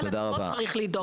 תודה רבה.